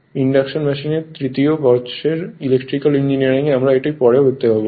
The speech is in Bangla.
ইন্ডাকশন মেশিন 3য় বর্ষের ইলেক্ট্রিক্যাল ইঞ্জিনিয়ারিং এ আমরা পরেও আবার পাবো